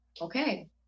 okay